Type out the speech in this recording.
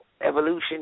evolution